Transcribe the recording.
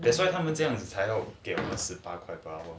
that's why 他们这样子才要